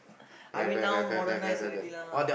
I mean now modernised already lah